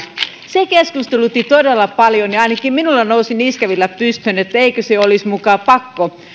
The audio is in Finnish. se keskustelutti todella paljon ja ainakin minulla nousi niskavillat pystyyn eikö se olisi muka pakko